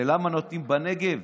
ולמה נוטעים בנגב?